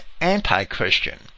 anti-Christian